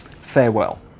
Farewell